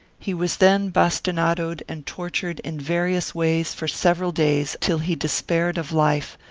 he was then bas tinadoed and tortured in various ways for several days till he despaired of life,